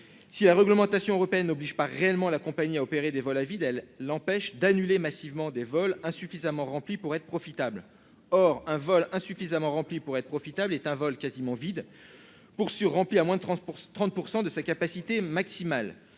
si la réglementation européenne oblige pas réellement la compagnie à opérer des vols à vide, elle l'empêche d'annuler massivement des vols insuffisamment remplis pour être profitable, or un vol insuffisamment remplis pour être profitable, est un vol quasiment vide, pour sûr rempli à moins 30 % 30 % de sa capacité maximale,